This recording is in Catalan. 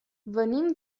venim